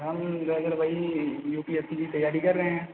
हम जाकर वही यू पी एस सी की तैयारी कर रहे हैं